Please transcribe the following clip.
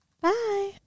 Bye